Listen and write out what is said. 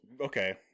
okay